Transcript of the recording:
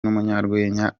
n’umunyarwenya